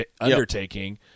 undertaking